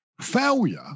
Failure